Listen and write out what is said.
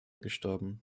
gestorben